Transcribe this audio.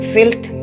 Filth